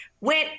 went